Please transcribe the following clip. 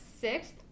sixth